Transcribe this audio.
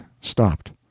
stopped